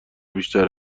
بیشتر